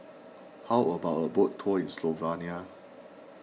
how about a boat tour in Slovenia